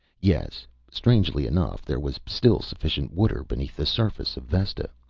yes, strangely enough there was still sufficient water beneath the surface of vesta.